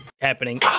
happening